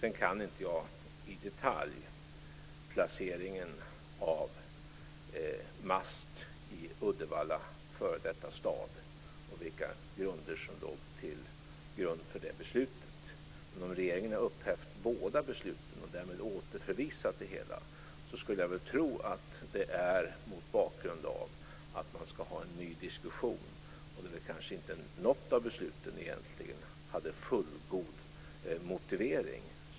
Jag kan inte i detalj placeringen av mast i Uddevalla f.d. stad, och vad som låg till grund för det beslutet. Om regeringen har upphävt båda besluten och därmed återförvisat det hela skulle jag tro att det är mot bakgrund av att man ska ha en ny diskussion. Det kan hända att inte något av besluten hade fullgod motivering.